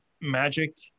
magic